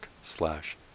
slash